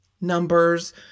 Numbers